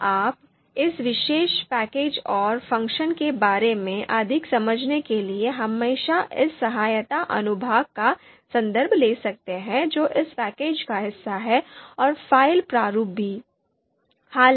अब आप इस विशेष पैकेज और फ़ंक्शंस के बारे में अधिक समझने के लिए हमेशा इस सहायता अनुभाग का संदर्भ ले सकते हैं जो इस पैकेज का हिस्सा है और फ़ाइल प्रारूप भी